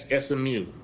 SMU